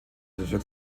der